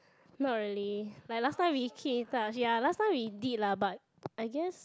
not really like last time we keep in touch ya last time we did lah but I guess